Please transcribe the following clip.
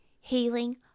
healing